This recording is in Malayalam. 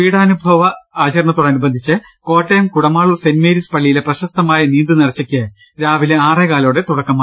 പീഢാനുഭവാചരണത്തോടനുബന്ധിച്ച് കോട്ടയം കുടമാളൂർ സെന്റ് മേരീസ് പള്ളിയിലെ പ്രശസ്തമായ നീന്ത് നേർച്ചയ്ക്ക് രാവിലെ ആറേ കാലോടെ തുടക്കമായി